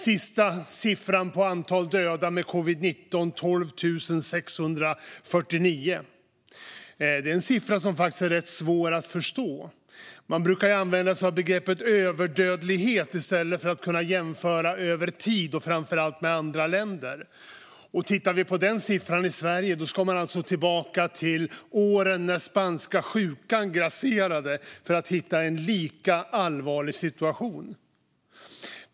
Senaste siffran för antal döda med covid-19 är 12 649. Det är en siffra som faktiskt är rätt svår att förstå. Man brukar i stället använda sig av begreppet överdödlighet för att kunna jämföra över tid och framför allt med andra länder. Man kan titta på den siffran i Sverige. Man ska alltså tillbaka till åren när spanska sjukan grasserade för att hitta en lika allvarlig situation.